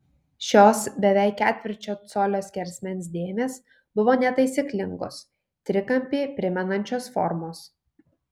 šios beveik ketvirčio colio skersmens dėmės buvo netaisyklingos trikampį primenančios formos